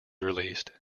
released